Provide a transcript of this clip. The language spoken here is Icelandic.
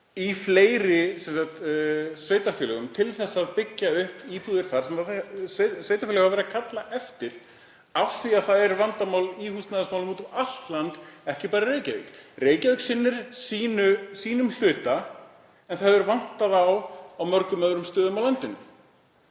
í fleiri sveitarfélögum til að byggja upp íbúðir sem sveitarfélögin hafa verið að kalla eftir. Það er vandamál í húsnæðismálum út um allt land, ekki bara í Reykjavík. Reykjavík sinnir sínum hluta en það hefur vantað upp á á mörgum öðrum stöðum á landinu.